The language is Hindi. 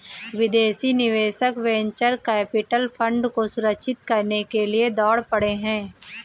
विदेशी निवेशक वेंचर कैपिटल फंड को सुरक्षित करने के लिए दौड़ पड़े हैं